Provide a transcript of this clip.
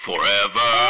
Forever